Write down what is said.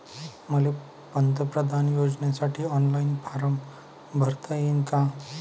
मले पंतप्रधान योजनेसाठी ऑनलाईन फारम भरता येईन का?